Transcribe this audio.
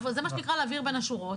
זה מה שנקרא להעביר בין השורות.